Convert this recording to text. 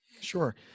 Sure